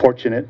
fortunate